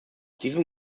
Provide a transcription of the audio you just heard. diesem